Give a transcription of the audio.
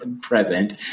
present